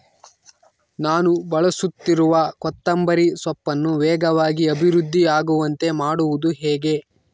ನಾನು ಬೆಳೆಸುತ್ತಿರುವ ಕೊತ್ತಂಬರಿ ಸೊಪ್ಪನ್ನು ವೇಗವಾಗಿ ಅಭಿವೃದ್ಧಿ ಆಗುವಂತೆ ಮಾಡುವುದು ಹೇಗೆ?